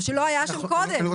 שלא היה שם קודם.